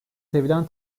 sevilen